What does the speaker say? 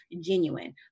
genuine